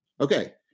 Okay